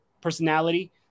personality